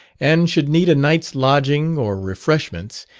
and should need a night's lodging or refreshments,